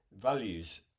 Values